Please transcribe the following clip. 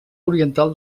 oriental